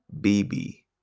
BB